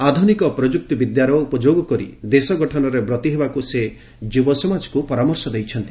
ଆଧୁନିକ ପ୍ରଯୁକ୍ତି ବିଦ୍ୟାର ଉପଯୋଗ କରି ଦେଶଗଠନରେ ବ୍ରତୀ ହେବାକୁ ସେ ଯୁବସମାଜକୁ ପରାମର୍ଶ ଦେଇଛନ୍ତି